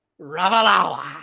Ravalawa